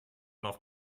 noch